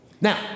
now